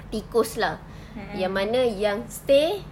tikus lah yang mana yang stay